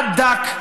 עד דק,